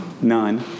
None